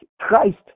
Christ